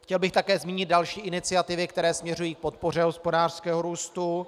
Chtěl bych také zmínit další iniciativy, které směřují k podpoře hospodářského růstu.